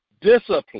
discipline